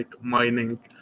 mining